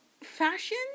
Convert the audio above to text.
fashion